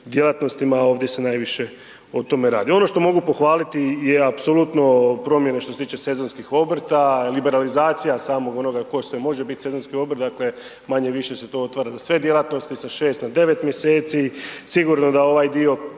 djelatnostima, a ovdje se najviše o tome radi. Ono što mogu pohvaliti je apsolutno promjena što se tiče sezonskih obrta, liberalizacija samog onoga tko sve može biti sezonski obrt, dakle manje-više se to otvara za sve djelatnosti, sa 6 na 9 mjeseci. Sigurno da ovaj dio